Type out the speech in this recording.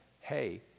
Hey